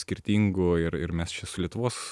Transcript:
skirtingų ir ir mes čia su lietuvos